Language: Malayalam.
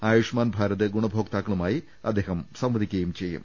ആയുഷ്മാൻ ഭാരത് ഗുണഭോക്താ ക്കളുമായി അദ്ദേഹം സംവദിക്കുകയും ചെയ്യും